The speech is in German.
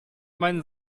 meinen